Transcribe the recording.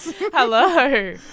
hello